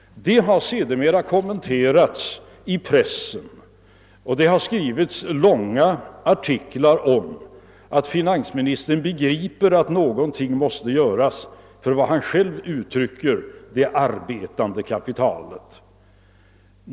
Det har sedermera gjorts kommentarer i pressen och skrivits långa artiklar om att finansministern begriper att någonting måste göras för, som han själv uttrycker det, det arbetande kapitalet.